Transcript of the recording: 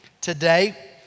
today